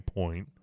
point